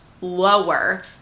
lower